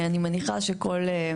אני מניחה שכל,